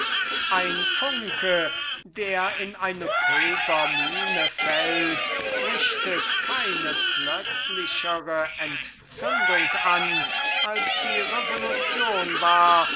ein funke der in eine pulvermine fällt richtet keine plötzlichere entzündung an als die revolution war